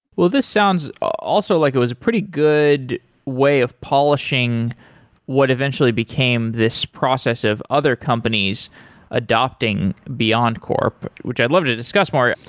this sounds also like it was a pretty good way of polishing what eventually became this process of other companies adopting beyondcorp, which i'd love to discuss more.